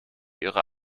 ihre